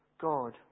God